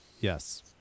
Yes